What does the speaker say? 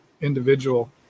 individual